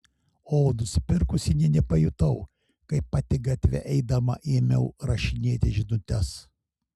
o nusipirkusi nė nepajutau kaip pati gatve eidama ėmiau rašinėti žinutes